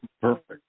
Perfect